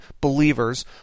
believers